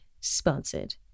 sponsored